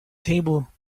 table